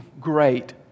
great